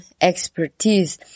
expertise